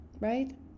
right